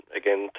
again